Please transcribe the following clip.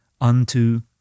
unto